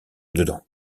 dedans